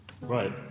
Right